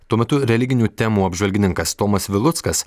tuo metu religinių temų apžvalgininkas tomas viluckas